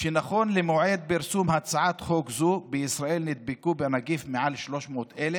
שנכון למועד פרסום הצעת חוק זו בישראל נדבקו בנגיף מעל 300,000